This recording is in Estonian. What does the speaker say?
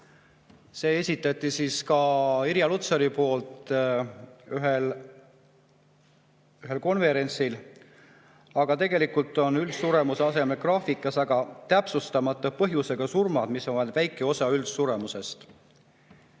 See esitati Irja Lutsari poolt ühel konverentsil, aga tegelikult on üldsuremuse asemel graafikul täpsustamata põhjusega surmad, mis on vaid väike osa üldsuremusest.